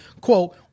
Quote